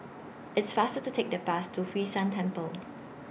It's faster to Take The Bus to Hwee San Temple